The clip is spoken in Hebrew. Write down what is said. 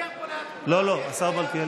הוא משקר פה ליד, לא, לא, השר מלכיאלי.